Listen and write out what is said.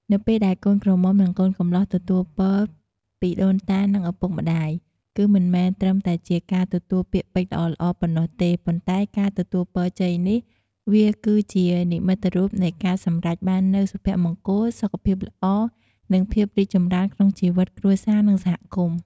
នៅពេលដែលកូនក្រមុំ និងកូនកំលោះទទួលពរពីដូនតានិងឪពុកម្តាយ គឺមិនមែនត្រឹមតែជាការទទួលពាក្យពេចន៍ល្អៗប៉ុណ្ណោះទេ ប៉ុន្ដែ ការទទួលពរជ័យនេះ វាគឺជានិមិត្តរូបនៃការសម្រេចបាននូវសុភមង្គល សុខភាពល្អ និងភាពរីកចម្រើនក្នុងជីវិត គ្រួសារ និងសហគមន៍។